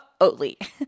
Oatly